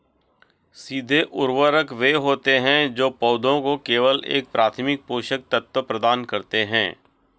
सीधे उर्वरक वे होते हैं जो पौधों को केवल एक प्राथमिक पोषक तत्व प्रदान करते हैं